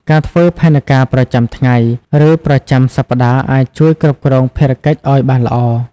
ការធ្វើផែនការប្រចាំថ្ងៃ ឬប្រចាំសប្តាហ៍អាចជួយគ្រប់គ្រងភារកិច្ចឱ្យបានល្អ។